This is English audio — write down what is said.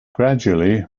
gradually